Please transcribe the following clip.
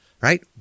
right